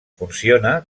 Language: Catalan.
funciona